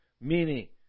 meaning